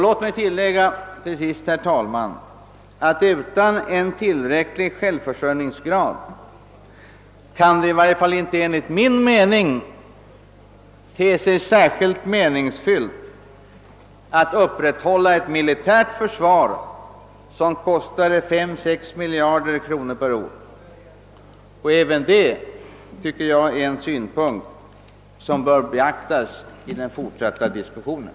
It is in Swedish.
Låt mig tillägga att utan en tillräcklig självförsörjningsgrad kan det i varje fall inte enligt min mening te sig lika meningsfyllt att upprätthålla ett militärt försvar som kostar fem—sex miljarder kronor per år. Även det är en synpunkt som bör beaktas i den fortsatta diskussionen.